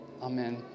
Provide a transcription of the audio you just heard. Amen